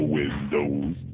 windows